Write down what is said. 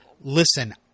Listen